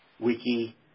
wiki